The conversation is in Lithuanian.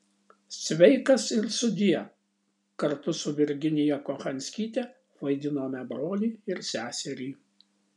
sveikas ir sudie kartu su virginiją kochanskyte vaidinome brolį ir seserį